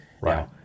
Right